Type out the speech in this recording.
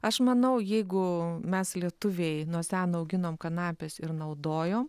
aš manau jeigu mes lietuviai nuo seno auginom kanapes ir naudojom